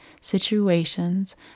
situations